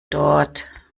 dort